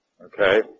okay